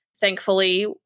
Thankfully